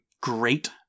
great